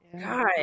god